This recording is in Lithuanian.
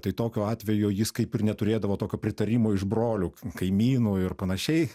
tai tokiu atveju jis kaip ir neturėdavo tokio pritarimo iš brolių kaimynų ir panašiai